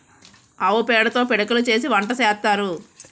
ఆవు పేడతో పిడకలు చేసి వంట సేత్తారు